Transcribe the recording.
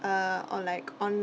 uh all like on